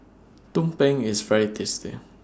Tumpeng IS very tasty